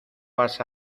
vas